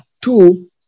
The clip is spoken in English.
two